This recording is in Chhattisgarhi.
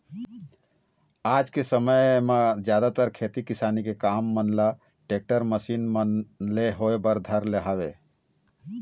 आज के समे म जादातर खेती किसानी के काम मन ल टेक्टर, मसीन मन ले होय बर धर ले हवय